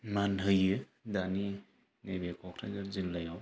मान होयो दानि नैबे क'क्राझार जिल्लायाव